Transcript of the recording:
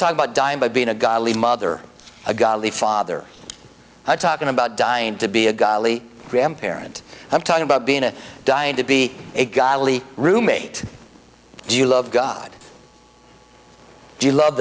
talk about dying by being a godly mother a godly father talking about dying to be a godly parent i'm talking about being a dying to be a godly roommate do you love god do you love